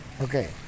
okay